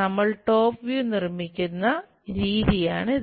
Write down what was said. നിർമ്മിക്കുന്ന രീതിയാണിത്